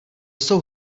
jsou